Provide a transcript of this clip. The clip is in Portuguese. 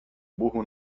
burro